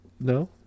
No